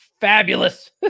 fabulous